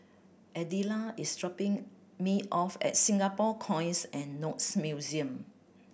Adella is dropping me off at Singapore Coins and Notes Museum